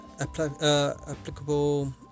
Applicable